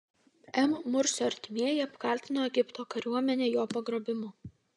m mursio artimieji apkaltino egipto kariuomenę jo pagrobimu